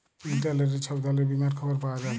ইলটারলেটে ছব ধরলের বীমার খবর পাউয়া যায়